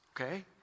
okay